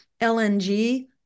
LNG